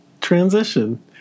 transition